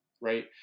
right